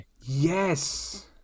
Yes